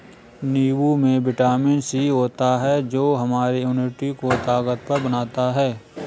नींबू में vitamin C होता है जो हमारे इम्यूनिटी को ताकतवर बनाता है